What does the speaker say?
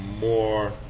more